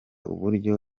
uburyo